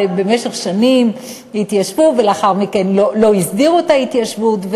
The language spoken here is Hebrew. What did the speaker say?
במשך שנים התיישבו ולאחר מכן לא הסדירו את ההתיישבות.